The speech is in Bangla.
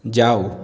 যাও